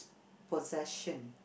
possession